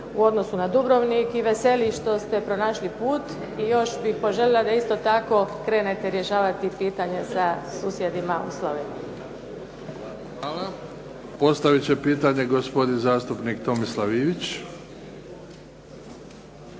u odnosu na Dubrovnik i veseli što ste pronašli put i još bi poželila da isto tako krenete rješavati pitanja sa susjedima Slovenijom. **Bebić, Luka (HDZ)** Hvala. Postavit će pitanje gospodin zastupnik Tomislav Ivić.